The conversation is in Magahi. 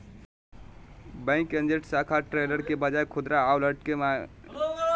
बैंक एजेंट शाखा टेलर के बजाय खुदरा आउटलेट के मालिक या कर्मचारी होवो हइ